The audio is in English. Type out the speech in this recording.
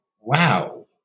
wow